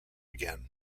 again